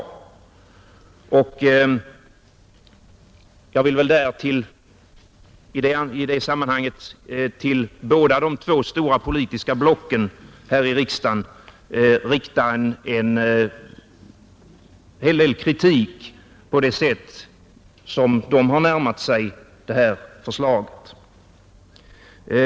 I det sammanhanget vill jag därtill rikta en hel del kritik mot de två stora politiska blocken här i riksdagen för det sätt på vilket de har närmat sig detta förslag.